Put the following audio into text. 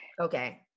okay